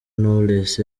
knowless